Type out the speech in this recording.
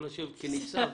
ולשבת כניצב?